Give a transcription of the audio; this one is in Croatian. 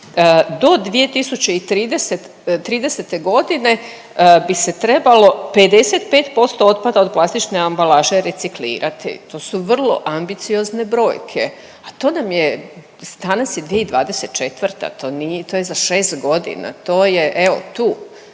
do 2030. g. bi se trebalo 55% otpada od plastične ambalaže reciklirati. To su vrlo ambiciozne brojke, a to nam je, danas je 2024., to nije, to je za 6 godina, to je evo, tu.